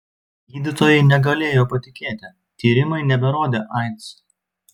gydytojai negalėjo patikėti tyrimai neberodė aids